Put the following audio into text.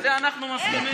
על זה אנחנו מסכימים.